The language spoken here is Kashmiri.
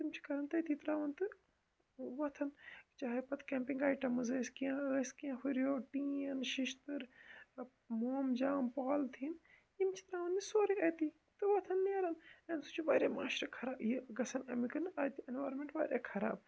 تِم چھِ کَران تَتی ترٛاوان تہٕ وۅتھان چاہیے پتہٕ کیمپنٛگ آیٹمٕز ٲسۍ کیٚنٛہہ ٲسۍ کیٚنٛہہ ہُریو ٹیٖن شیٚشتٕر موم جام پالتھیٖن یِم چھِ ترٛاوان یہِ سورُے أتی تہٕ وۅتھان نیران اَمہِ سۭتۍ چھُ وارِیاہ معاشرٕ خرا یہِ گَژھان اَمیُک اَتہِ اینویارانمٮ۪نٛٹ وارِیاہ خراب